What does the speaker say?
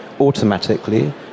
automatically